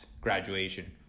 graduation